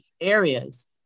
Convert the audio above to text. areas